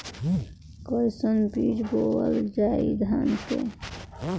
कईसन बीज बोअल जाई धान के?